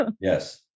Yes